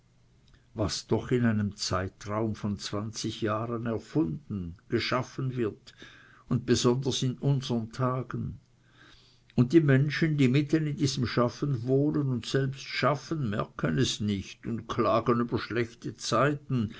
was doch in einem zeitraum von zwanzig jahren erfunden geschaffen wird und besonders in unsern tagen und die menschen die mitten in diesem schaffen wohnen und selbst schaffen merken es nicht und klagen über schlechte zeiten